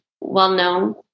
well-known